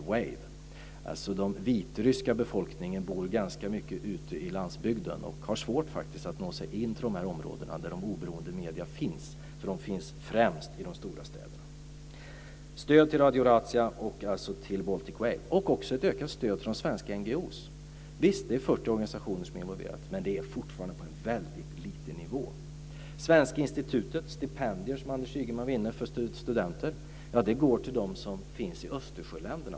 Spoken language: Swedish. En stor del av den vitryska befolkningen bor ute i landsbygden och har faktiskt svårt att ta sig till de områden där de oberoende medierna finns. De finns nämligen främst i de stora städerna. Det ska alltså ges stöd till Radio Racyja och till Baltic Wave. Det ska också vara ett ökat stöd från svenska NGO:er. Det är visserligen 40 organisationer som är involverade, men det är fortfarande på en väldigt låg nivå. Svenska institutets stipendier för studenter, som Anders Ygeman var inne på, går till dem som finns i Östersjöländerna.